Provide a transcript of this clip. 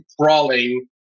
crawling